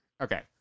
Okay